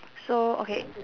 so okay